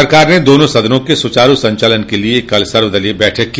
सरकार ने दोनों सदनों के सुचारू संचालन के लिए कल सर्वदलीय बैठक की